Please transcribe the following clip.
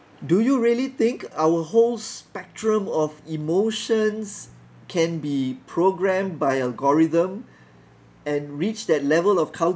do you really think our whole spectrum of emotions can be programmed by algorithm and reach that level of